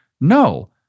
No